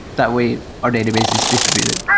that way our database is distributed.